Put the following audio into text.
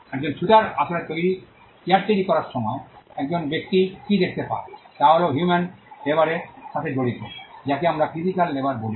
একজন ছুতার আসলে চেয়ার তৈরি করার সময় একজন ব্যক্তি কী দেখতে পায় তা হল তিনি হিউম্যান লাবোরের সাথে জড়িত যাকে আমরা ফিজিক্যাল লেবর বলি